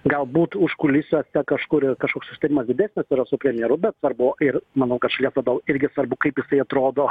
galbūt užkulisiuose kažkur ir kažkoks susitarimas didesnis yra su premjeru bet svarbu ir manau kad šalies vadovui irgi svarbu kaip jisai atrodo